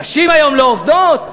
נשים היום לא עובדות?